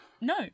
no